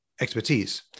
expertise